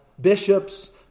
bishops